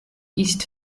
ist